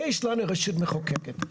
יש לנו רשות מחוקקת,